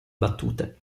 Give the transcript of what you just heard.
battute